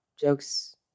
jokes